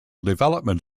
development